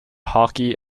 hockey